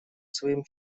своим